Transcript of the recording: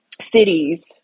cities